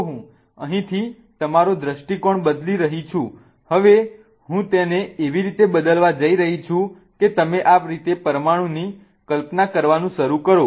તો હું અહીંથી તમારો દૃષ્ટિકોણ બદલી રહી છું હવે હું તેને એવી રીતે બદલવા જઈ રહી છું કે તમે આ રીતે પરમાણુની કલ્પના કરવાનું શરૂ કરો